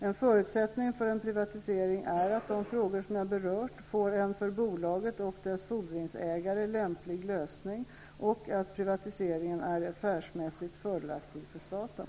En förutsättning för en privatisering är att de frågor som jag berört får en för bolaget och dess fordringsägare lämplig lösning och att privatiseringen är affärsmässigt fördelaktig för staten.